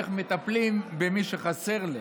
איך מטפלים במי שחסר לו.